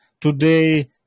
Today